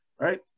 right